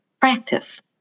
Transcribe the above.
practice